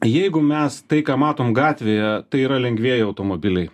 jeigu mes tai ką matom gatvėje tai yra lengvieji automobiliai